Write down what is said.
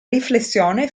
riflessione